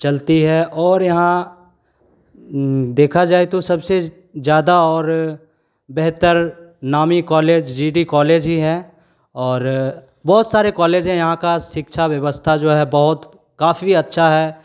चलती है और यहाँ देखा जाए तो सबसे ज़्यादा और बेहतर नामी कॉलेज जी डी कॉलेज ही है और बहुत सारे कॉलेज हैं यहाँ की शिक्षा व्यवस्था जो है बहुत काफ़ी अच्छा है